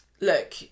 Look